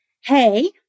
hey